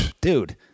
Dude